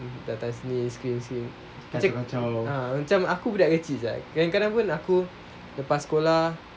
datang sini screen screen macam aku budak kecil kadang-kadang pun aku lepas sekolah